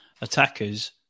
attackers